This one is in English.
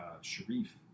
Sharif